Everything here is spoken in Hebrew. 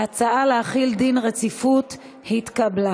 ההצעה להחיל דין רציפות התקבלה.